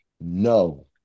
No